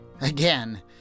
again